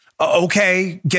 okay